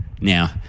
now